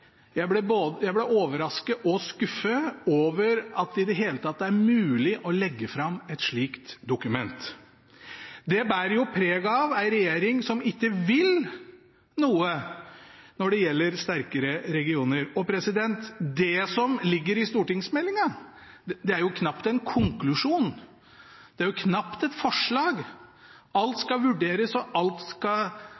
jeg ble ikke bare overrasket, jeg ble overrasket og skuffet over at det i det hele tatt er mulig å legge fram et slikt dokument. Det bærer preg av en regjering som ikke vil noe når det gjelder sterkere regioner. Det som ligger i stortingsmeldingen, er knapt en konklusjon, knapt et forslag. Alt